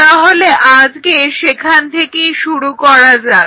তাহলে আজকে সেখান থেকেই শুরু করা যাক